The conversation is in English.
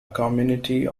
community